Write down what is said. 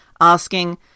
asking